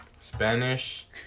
Spanish